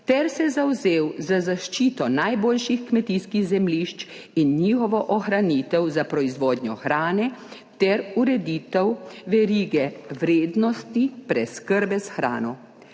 ter se zavzel za zaščito najboljših kmetijskih zemljišč in njihovo ohranitev za proizvodnjo hrane ter ureditev verige vrednosti preskrbe s hrano.